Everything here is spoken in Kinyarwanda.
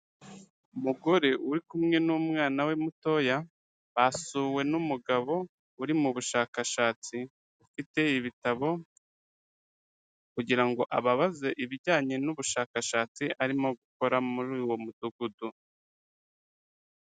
Umugore uri kumwe n'umwana we mutoya, basuwe n'umugabo uri mu bushakashatsi, ufite ibitabo kugira ngo ababaze ibijyanye n'ubushakashatsi arimo gukora muri uwo mudugudu.